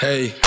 Hey